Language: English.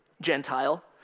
Gentile